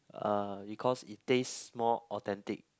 uh because it taste more authentic